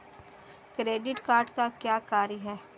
Credit card का क्या कार्य है?